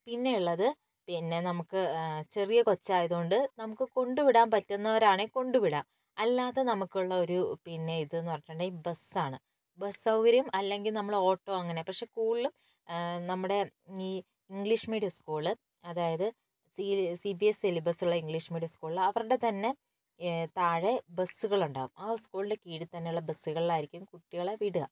പിന്നെ ഉള്ളത് പിന്നെ നമുക്ക് ചെറിയ കൊച്ചായതുകൊണ്ട് നമുക്ക് കൊണ്ടുവിടാൻ പറ്റുന്നവരാണെങ്കിൽ കൊണ്ടുവിടാം അല്ലാതെ നമ്മൾക്കുള്ള ഒരു പിന്നെ ഇത് എന്നു പറഞ്ഞിട്ടുണ്ടെങ്കിൽ ബസ്സാണ് ബസ്സ് സൗകര്യം അല്ലെങ്കിൽ നമ്മൾ ഓട്ടോ അങ്ങനെ പക്ഷെ സ്ക്കൂളിൽ നമ്മുടെ ഈ ഇംഗ്ലീഷ് മീഡിയം സ്ക്കൂൾ അതായത് സി ബി എസ് സി സിലബസ്സുള്ള ഇംഗ്ലീഷ് മീഡിയം സ്ക്കൂളിൽ അവരുടെ തന്നെ താഴെ ബസ്സുകളുണ്ടാവും ആ സ്ക്കൂളിന്റെ കീഴിൽ തന്നെയുള്ള ബസ്സുകളിലായിരിക്കും കുട്ടികളെ വിടുക